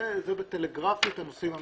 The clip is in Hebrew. זה בטלגרפית הנושאים המרכזיים.